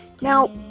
now